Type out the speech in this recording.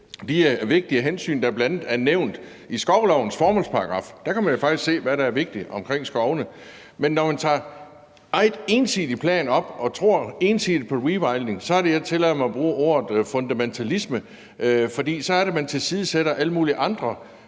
de vigtige ting, der bl.a. er nævnt i skovlovens formålsparagraf. Der kan man jo faktisk se, hvad der er vigtigt i forhold til skovene. Men når man laver ensidige planer og tror ensidigt på rewilding, så er det, jeg tillader mig at bruge ordet fundamentalisme, for så er det, at man tilsidesætter alle mulige andre